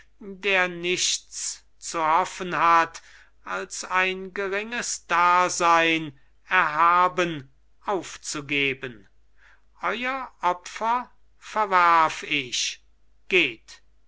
der nichts zu hoffen hat als ein geringes dasein erhaben aufzugeben euer opfer verwerf ich geht